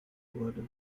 wurde